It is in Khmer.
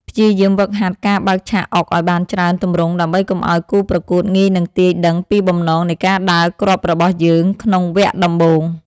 ព្យាយាមហ្វឹកហាត់ការបើកឆាកអុកឱ្យបានច្រើនទម្រង់ដើម្បីកុំឱ្យគូប្រកួតងាយនឹងទាយដឹងពីបំណងនៃការដើរគ្រាប់របស់យើងក្នុងវគ្គដំបូង។